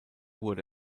wurde